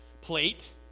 plate